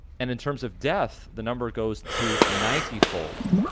and in terms of death the number goes to ninety fold.